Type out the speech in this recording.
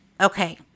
Okay